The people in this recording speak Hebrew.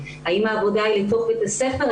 האם העבודה היא לתוך בית הספר,